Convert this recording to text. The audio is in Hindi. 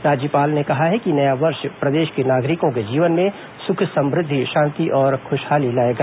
राज्यपाल ने कहा है कि नया वर्ष प्रदेश के नागरिकों के जीवन में सुख समृद्धि शांति और खुशहाली लाएगा